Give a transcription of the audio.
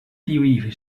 tiuj